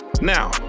Now